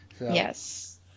Yes